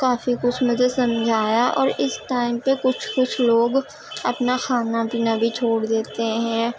کافی کچھ مجھے سمجھایا اور اس ٹائم پہ کچھ کچھ لوگ اپنا کھانا پینا بھی چھوڑ دیتے ہیں